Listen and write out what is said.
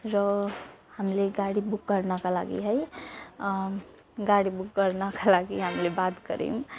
र हामीले गाडी बुक गर्नाका लागि है गाडी बुक गर्नाका लागि हामीले बात गऱ्यौँ